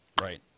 Right